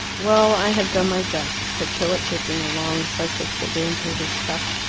well, i have done my best, said philip, dipping a long slice of sugar into his cup,